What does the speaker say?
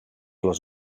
los